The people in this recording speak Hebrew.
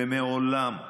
ומעולם,